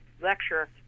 lecture